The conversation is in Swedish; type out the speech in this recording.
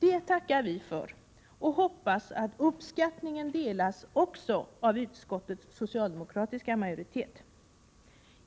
Det tackar vi för och hoppas att uppskattningen delas också av utskottets socialdemokratiska majoritet.